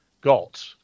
got